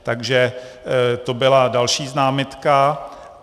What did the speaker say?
Takže to byla další námitka.